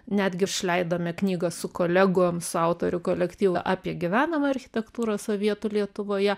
netgi išleidome knygą su kolegom autorių kolektyvu apie gyvenamą architektūrą sovietų lietuvoje